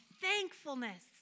thankfulness